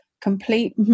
complete